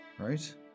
Right